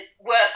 work